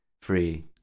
free